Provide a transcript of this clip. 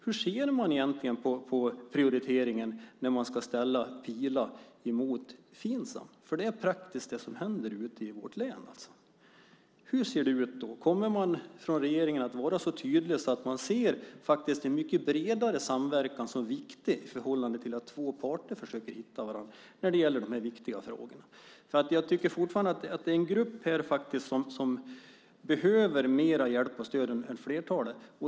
Hur ser man egentligen på prioriteringen när man ska ställa Pila mot Finsam? Det är ju praktiskt det som händer ute i vårt län. Hur ser det ut då? Kommer regeringen att vara så tydlig att man ser en mycket bredare samverkan som viktig i förhållande till att två parter försöker hitta varandra när det gäller de här viktiga frågorna? Jag tycker fortfarande att det finns en grupp som behöver mer hjälp och stöd än flertalet.